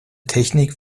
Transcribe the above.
technik